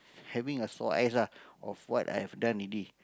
having a sore eyes ah of what I have done already